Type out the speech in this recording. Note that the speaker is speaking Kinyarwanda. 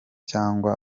cyangwa